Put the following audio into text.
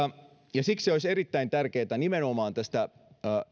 ja siksi olisi erittäin tärkeätä nimenomaan tästä